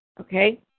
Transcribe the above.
okay